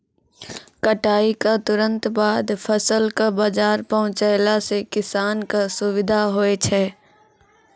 कटाई क तुरंत बाद फसल कॅ बाजार पहुंचैला सें किसान कॅ सुविधा होय छै